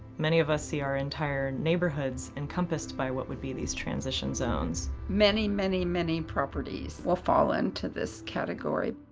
many of us see our entire neighborhoods encompassed by what we would be these transition zones. many, many, many properties will fall into this category.